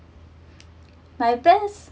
my best